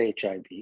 HIV